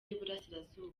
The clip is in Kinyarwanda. y’iburasirazuba